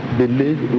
believe